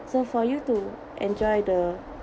so for you to enjoy the